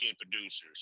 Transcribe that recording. producers